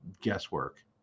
guesswork